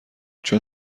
چون